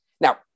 Now